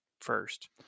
first